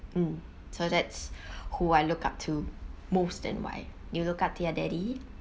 mm so that's who I look up to most in life do you look up to your daddy